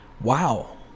wow